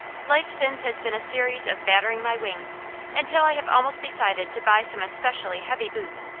life since has been a series of battering my wings until i have almost decided to buy some especially heavy boots,